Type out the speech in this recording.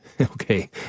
Okay